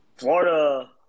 Florida